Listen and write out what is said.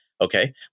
okay